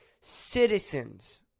citizens